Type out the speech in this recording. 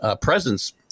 presence